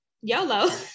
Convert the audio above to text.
YOLO